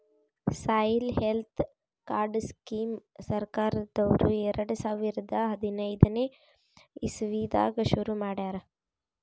soil health card scheme ಸರ್ಕಾರ್ದವ್ರು ಎರಡ ಸಾವಿರದ್ ಹದನೈದನೆ ಇಸವಿದಾಗ ಶುರು ಮಾಡ್ಯಾರ್